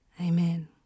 amen